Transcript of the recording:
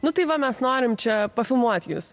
nu tai va mes norim čia pafilmuot jus